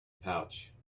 pouch